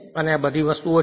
અને આ બધી વસ્તુઓ છે